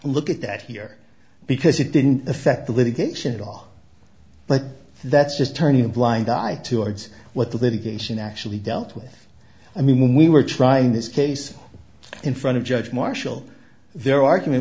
look at that here because it didn't affect the litigation at all but that's just turning a blind eye to ards what the litigation actually dealt with i mean when we were trying this case in front of judge marshall their argument